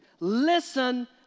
Listen